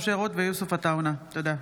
משה רוט ויוסף עטאונה בנושא: